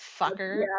fucker